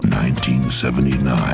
1979